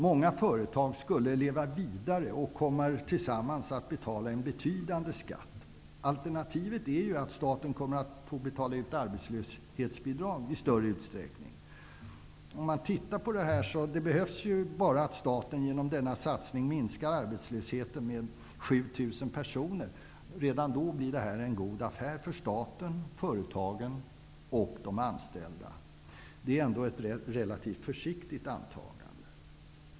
Många företag skulle leva vidare och tillsammans komma att betala betydande belopp i skatt. Alternativet är att staten i större utsträckning kommer att få betala ut arbetslöshetsbidrag. Det behövs bara att staten genom denna satsning minskar arbetslösheten med 7 000 personer för att det här skall vara en god affär för staten, företagen och de anställda. Det är ändå ett relativt försiktigt antagande.